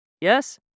Yes